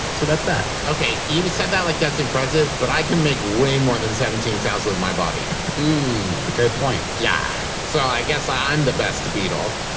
so, that's that okay. you said that like that's impressive, but i can make way more than seventeen sounds with my body mmmm good point yeah. so, i guess i'm the best beetle